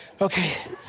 Okay